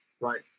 Right